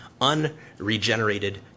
unregenerated